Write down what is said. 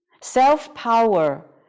self-power